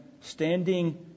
standing